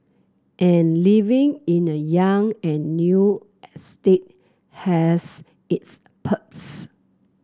and living in a young and new estate has its perks